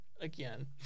again